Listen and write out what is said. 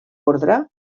ordre